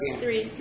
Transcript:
three